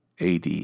AD